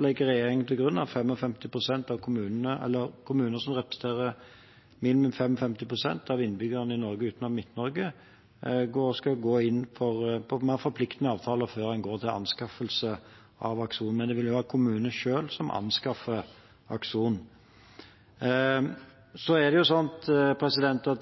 legger regjeringen til grunn at kommuner som representerer minimum 55 pst. av innbyggerne i Norge, utenom Midt-Norge, skal gå inn for mer forpliktende avtaler før en går til anskaffelse av Akson. Men det vil være kommunene selv som anskaffer Akson.